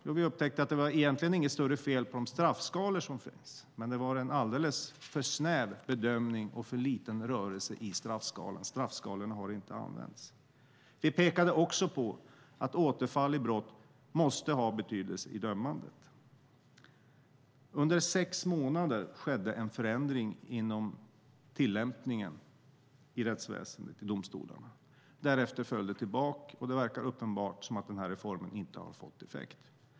Jo, vi upptäckte att det egentligen inte var något större fel på de straffskalor som fanns men att det var en alldeles för snäv bedömning och för liten rörelse i dem. Straffskalorna har inte använts. Vi pekade även på att återfall i brott måste ha betydelse i dömandet. Under sex månader skedde en förändring inom tillämpningen i rättsväsendet och i domstolarna. Därefter föll det tillbaka, och det verkar uppenbart att reformen inte har fått effekt.